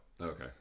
okay